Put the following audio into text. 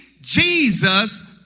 Jesus